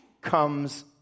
comes